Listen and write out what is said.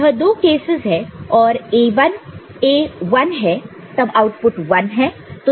यह दो केसेस है और A 1 है तब आउटपुट 1 है